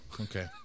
okay